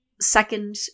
second